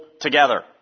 together